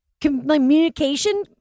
communication